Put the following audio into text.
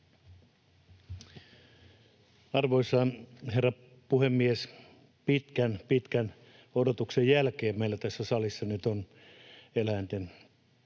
Arvoisa herra puhemies! Pitkän, pitkän odotuksen jälkeen meillä on tässä salissa nyt eläinten